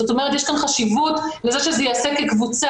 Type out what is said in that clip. זאת אומרת יש כאן חשיבות לזה שזה ייעשה כקבוצה,